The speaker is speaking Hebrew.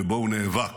שבו הוא נאבק.